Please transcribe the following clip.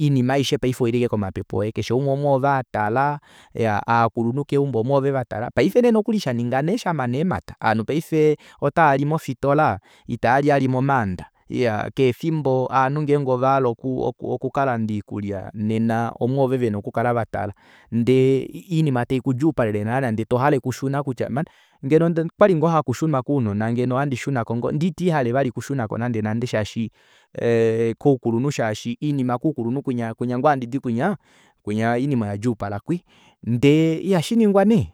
Oinima aishe paife oili ashike komapepe ooye keshe umwe omwoove vatala iyaa ovakulunhu keumbo omwoove vatala paife shaninga nee kuli shamana eemata ovanhu paife otavali mofitola itavali vali momaanda keshe efimbo ngenge ovanhhu ovahala okukalanda oikulya nena omwoove vena okukala vatala ndee oinima taikudjuupalele nana ndeetohale kutya mani ngeno okwali ngoo hakushunwa kounona ngeno ndee itashihale vali okushunako vali nande nande shaashi koukulunhu kwinya ngoo handidi kunya kwinya oinima oyadjuupala kwii ashike ihashiningwa nee